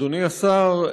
אדוני השר,